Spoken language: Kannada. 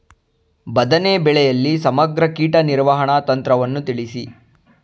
ಬದನೆ ಬೆಳೆಯಲ್ಲಿ ಸಮಗ್ರ ಕೀಟ ನಿರ್ವಹಣಾ ತಂತ್ರವನ್ನು ತಿಳಿಸಿ?